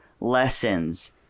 lessons